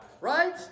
right